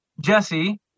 Jesse